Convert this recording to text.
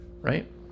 right